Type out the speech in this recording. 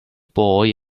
boy